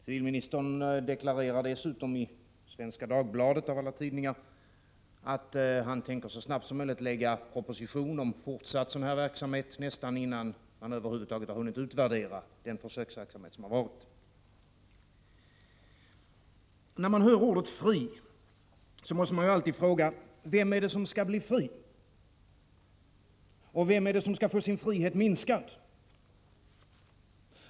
Civilministern deklarerar dessutom, i Svenska Dagbladet av alla tidningar, att han så snabbt som möjligt tänker lägga fram en proposition om fortsatt sådan här verksamhet, nästan innan han över huvud taget hunnit utvärdera den försöksverksamhet som varit. När man hör ordet fri måste man alltid fråga: Vem är det som skall bli fri? Och vem är det som skall få sin frihet minskad?